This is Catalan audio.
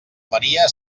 maria